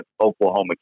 Oklahoma